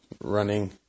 running